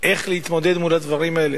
איך להתמודד מול הדברים האלה.